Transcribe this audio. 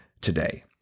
today